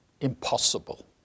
impossible